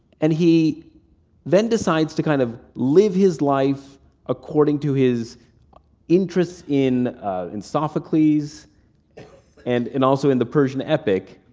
and he then decides to kind of live his life according to his interests in in sophocles and and also in the persian epic.